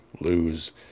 lose